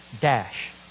dash